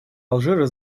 алжира